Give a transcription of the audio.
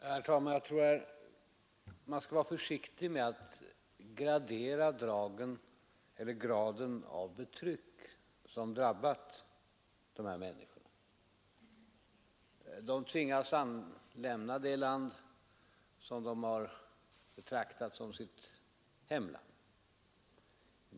Herr talman! Jag tror att man skall vara försiktig med att gradera det betryck som har drabbat de människor det gäller. De tvingas lämna det land som de har betraktat som sitt hemland.